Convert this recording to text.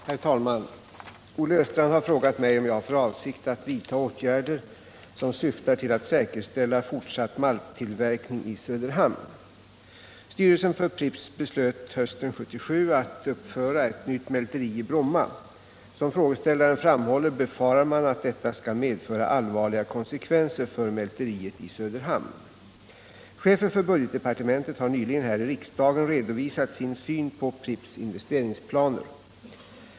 Herr talman! Olle Östrand har frågat mig om jag har för avsikt att vidtaga åtgärder som syftar till att säkerställa fortsatt malttillverkning i Söderhamn. Styrelsen för Pripps beslöt hösten 1977 att uppföra ett nytt mälteri i Bromma. Som frågeställaren framhåller befarar man att detta skall medföra allvarliga konsekvenser för mälteriet i Söderhamn. Chefen för budgetdepartementet har nyligen här i riksdagen redovisat sin syn på Pripps investeringsplaner.